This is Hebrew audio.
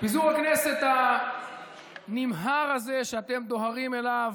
פיזור הכנסת הנמהר הזה שאתם דוהרים אליו